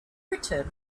returned